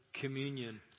communion